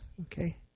Okay